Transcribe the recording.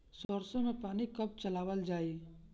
सरसो में पानी कब चलावल जाई?